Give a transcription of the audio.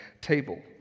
table